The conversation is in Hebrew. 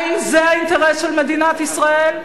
האם זה האינטרס של מדינת ישראל?